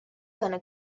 gonna